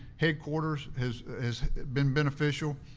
headquarters has been beneficial.